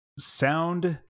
Sound